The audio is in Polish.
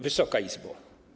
Wysoka Izbo!